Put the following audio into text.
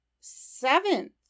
Seventh